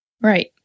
Right